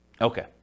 Okay